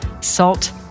Salt